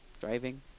Driving